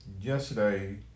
yesterday